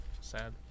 Sad